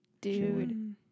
Dude